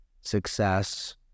success